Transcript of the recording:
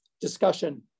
discussion